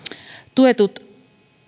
tuetut